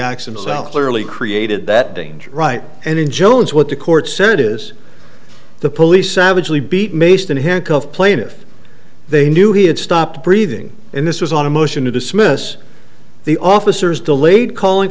literally created that danger right and in general is what the court said is the police savagely beat maced and handcuffed plaintiff they knew he had stopped breathing and this was on a motion to dismiss the officers delayed calling